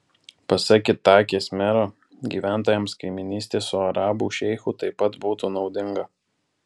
pasak itakės mero gyventojams kaimynystė su arabų šeichu taip pat būtų naudinga